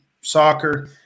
soccer